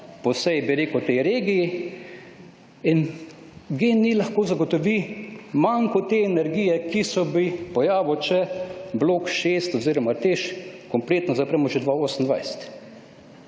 po vsej regiji in GEN-I lahko zagotovi manko te energije, ki se bi pojavil, če blok 6 oziroma TEŠ kompletno zapremo že 2028.